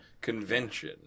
convention